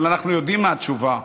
אבל אנחנו יודעים מה התשובה.